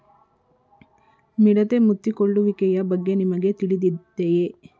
ಮಿಡತೆ ಮುತ್ತಿಕೊಳ್ಳುವಿಕೆಯ ಬಗ್ಗೆ ನಿಮಗೆ ತಿಳಿದಿದೆಯೇ?